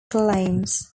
claims